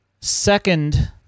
second